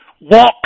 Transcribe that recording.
walk